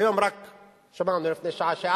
היום שמענו, לפני שעה,